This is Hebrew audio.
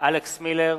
אלכס מילר,